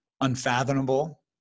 unfathomable